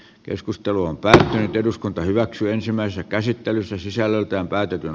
keskustelun päälle eduskunta hyväksyi ensimmäisen käsittelyssä sisällöltään päätetyn